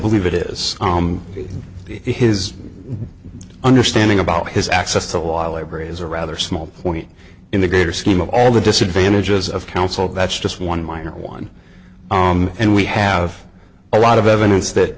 believe it is his understanding about his access to lawyers as a rather small point in the greater scheme of all the disadvantages of council that's just one minor one and we have a lot of evidence